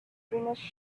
greenish